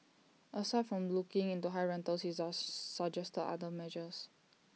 aside from looking into high rentals he suggested other measures